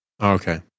Okay